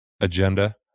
agenda